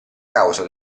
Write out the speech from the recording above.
causa